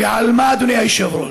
ועל מה, אדוני היושב-ראש?